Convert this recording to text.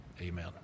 Amen